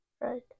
Right